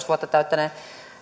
vuotta täyttäneen